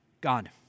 God